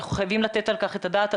אנחנו חייבים לתת על כך את הדעת.